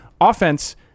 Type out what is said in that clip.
Offense